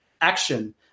action